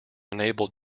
enable